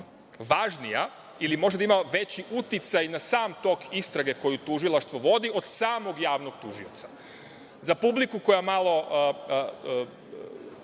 važnija, ili može da veći uticaj na sam tok istrage koje tužilaštvo vodi od samog javnog tužioca. Za publiku, koja malo